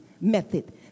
method